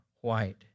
white